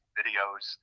videos